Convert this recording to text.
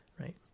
right